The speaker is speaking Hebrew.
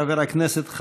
חבר הכנסת,